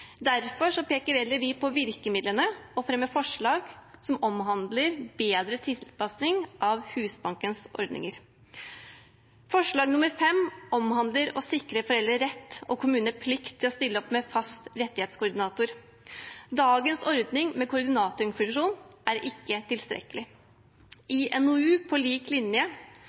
Derfor peker vi heller på virkemidlene og fremmer forslag som omhandler bedre tilpasning av Husbankens ordninger. Forslag nr. 5 omhandler å sikre foreldre rett til fast rettighetskoordinator og gi kommunene plikt til å stille opp med fast rettighetskoordinator. Dagens ordning med koordinatorfunksjon er ikke tilstrekkelig. I NOU-en På lik linje